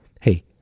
hey